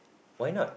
why not